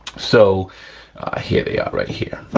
so here they are right here.